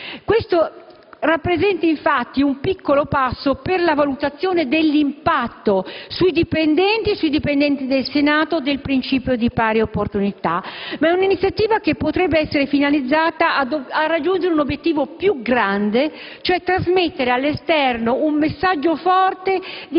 Questo rappresenta infatti un piccolo passo per la valutazione dell'impatto, sulle dipendenti e sui dipendenti del Senato, dei principi delle pari opportunità. Ma si tratta di un'iniziativa che potrebbe essere finalizzata a raggiungere un obiettivo più grande, cioè trasmettere all'esterno un messaggio forte